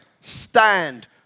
stand